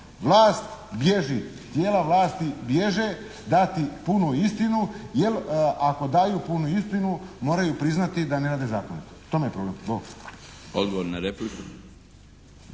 Vlast bježi, tijela vlasti bježe dati punu istinu jer ako daju punu istinu moraju priznati da ne rade zakonito. U tome je problem.